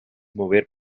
mover